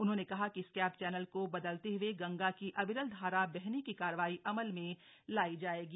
उन्होंने कहा कि स्कैप चैनल को बदलते हए गंगा की अविरल धारा बहने की कार्रवाई अमल में लायी जायेगी